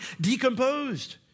decomposed